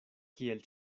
kiel